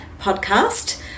podcast